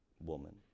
woman